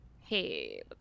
hey